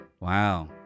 Wow